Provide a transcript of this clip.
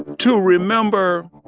to remember